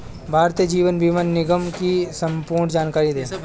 भारतीय जीवन बीमा निगम की संपूर्ण जानकारी दें?